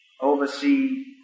oversee